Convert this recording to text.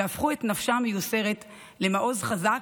והפכו את נפשה המיוסרת למעוז חזק,